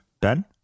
Ben